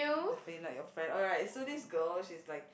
the like your friend alright so this girl she's like